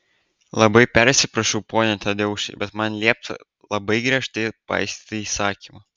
labai persiprašau pone tadeušai bet man liepta labai griežtai paisyti įsakymų